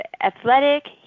athletic